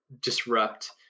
disrupt